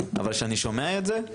כשאני שומע את זה,